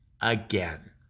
again